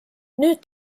nüüd